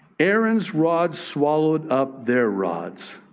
aaron's rod swallowed up their rods.